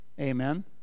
Amen